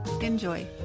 Enjoy